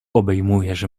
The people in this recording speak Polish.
obejmujesz